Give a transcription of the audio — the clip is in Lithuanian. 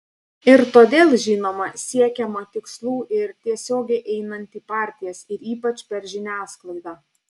ir todėl žinoma siekiama tikslų ir tiesiogiai einant į partijas ir ypač per žiniasklaidą